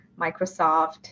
Microsoft